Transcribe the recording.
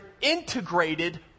integrated